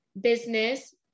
business